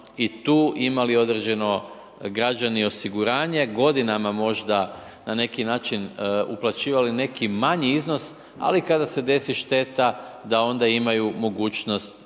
i tu imali određeno građani, osiguranje, godinama možda na neki način uplaćivali neki manji iznos ali kada se desi šteta da onda imaju mogućnost